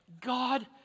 God